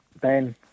Ben